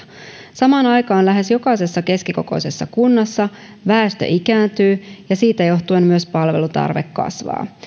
samaan aikaan lähes jokaisessa keskikokoisessa kunnassa väestö ikääntyy ja siitä johtuen myös palvelutarve kasvaa